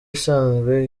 isanzwe